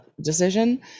decision